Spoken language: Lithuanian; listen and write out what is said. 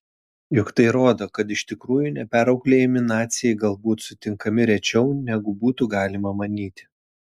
juk tai rodo kad iš tikrųjų neperauklėjami naciai galbūt sutinkami rečiau negu būtų galima manyti